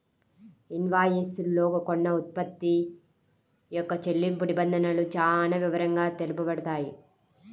invoice లో కొన్న ఉత్పత్తి యొక్క చెల్లింపు నిబంధనలు చానా వివరంగా తెలుపబడతాయి